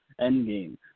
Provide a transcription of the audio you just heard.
Endgame